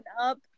up